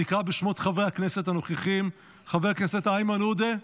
אני אקרא בשמות חברי הכנסת הנוכחים: חבר הכנסת איימן עודה,